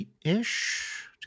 ish